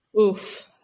Oof